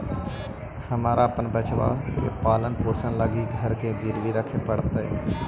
हमरा अपन बच्चा के पालन पोषण लागी घर के गिरवी रखे पड़लई हल